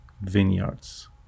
vineyards